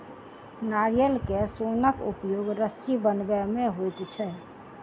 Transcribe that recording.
नारियल के सोनक उपयोग रस्सी बनबय मे होइत छै